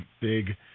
big